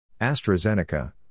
AstraZeneca